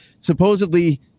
Supposedly